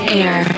air